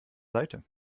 seite